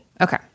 Okay